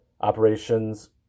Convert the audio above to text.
Operations